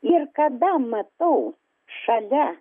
ir kada matau šalia